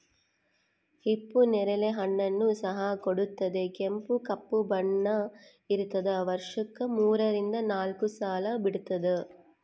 ಹಿಪ್ಪು ನೇರಳೆ ಹಣ್ಣನ್ನು ಸಹ ಕೊಡುತ್ತದೆ ಕೆಂಪು ಕಪ್ಪು ಬಣ್ಣ ಇರ್ತಾದ ವರ್ಷಕ್ಕೆ ಮೂರರಿಂದ ನಾಲ್ಕು ಸಲ ಬಿಡ್ತಾದ